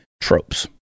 tropes